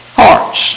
hearts